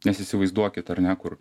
nes įsivaizduokit ar ne kur